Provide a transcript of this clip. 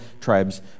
tribes